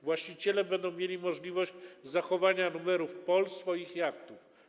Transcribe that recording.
Właściciele będą mieli możliwość zachowania numerów POL swoich jachtów.